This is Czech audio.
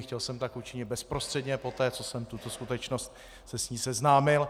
Chtěl jsem tak učinit bezprostředně poté, co jsem se s touto skutečností seznámil.